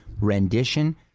rendition